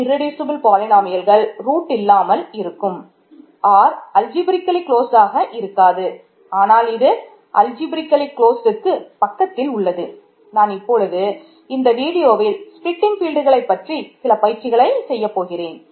Q algebraically பற்றி சில பயிற்சிகளை செய்யப்போகிறேன்